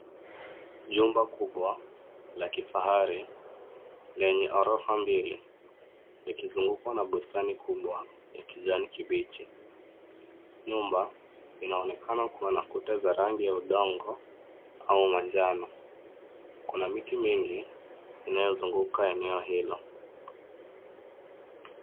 Jumba kubwa la kifahari, lenye orofa mbili, likizungukwa na bustani kubwa ya kijani kibichi. Nyumba inaonekana kuwa na kuta za rangi ya udongo au manjano. Kuna miti mingi inayozunguka eneo hilo.